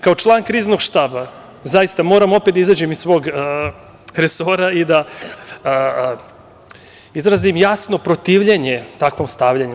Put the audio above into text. Kao član Kriznog štaba, zaista, moram opet da izađem iz svog resora i da izrazim jasno protivljenje takvom stavljanju.